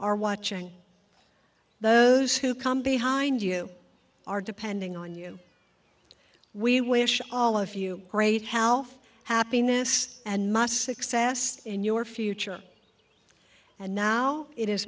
are watching the who come behind you are depending on you we wish all of you great health happiness and most success in your future and now it